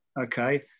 Okay